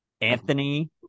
Anthony